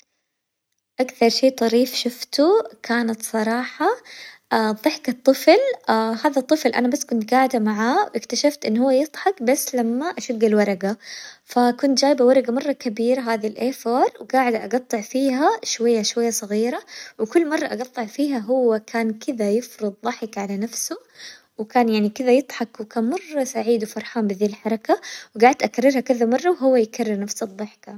أكثر شي طريف شوفته كانت صراحة ظحكة طفل هذا الطفل أنا بس كنت قاعدة معاه اكتشفت إنه هو يضحك بس لما أشق الورقة، فكنت جايبة ورقة مرة كبيرة هذي الإي فور وقاعدة أقطع فيها شوية شوية صغيرة، وكل مرة أقطع فيها هو كان كذا يفرط ظحك على نفسه وكان يعني كذا يظحك وكان مرة سعيد وفرحان بذي الحركة، وقعدت أكررها كذا مرة وهو يكررنفس الضحكة.